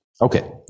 Okay